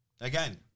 again